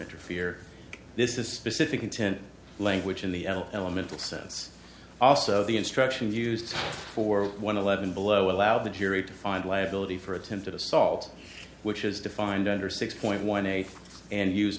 interfere this is specific intent language in the elemental sense also the instruction used for one of levon below allow the jury to find liability for attempted assault which is defined under six point one eight and use